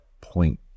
point